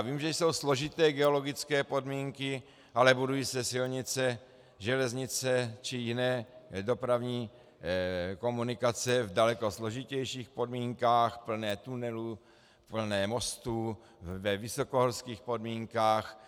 Vím, že jsou složité geologické podmínky, ale budují se silnice, železnice či jiné dopravní komunikace v daleko složitějších podmínkách, plné tunelů, plné mostů, ve vysokohorských podmínkách.